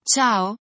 Ciao